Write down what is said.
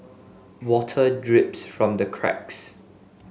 water drips from the cracks